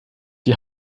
die